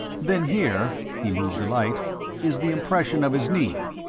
then, here he moved the light is the impression of his knee,